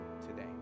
today